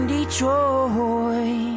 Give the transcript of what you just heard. Detroit